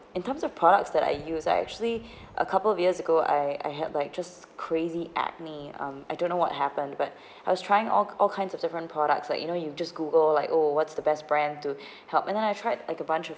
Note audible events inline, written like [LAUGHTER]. in terms of products that I use I actually [BREATH] a couple of years ago I I had like just crazy acne um I don't know what happened but [BREATH] I was trying all all kinds of different products that you know you just google like oh what's the best brand to [BREATH] help and then I tried like a bunch of